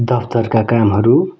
दफ्तरका कामहरू